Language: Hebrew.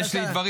יש לי דברים,